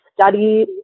study